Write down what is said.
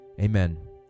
Amen